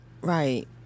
right